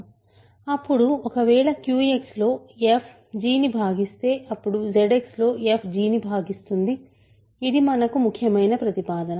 అప్పుడు ఒకవేళ QX లో f g ను భాగిస్తే అప్పుడు ZX లో f g ను భాగిస్తుంది ఇది మనకు ముఖ్యమైన ప్రతిపాదన